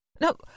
No